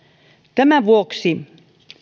tämän vuoksi